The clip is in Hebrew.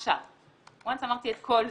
אחרי שאמרתי את כל זה,